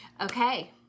okay